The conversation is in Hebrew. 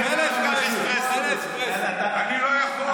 אני לא יכול.